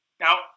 now